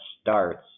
starts